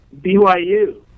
BYU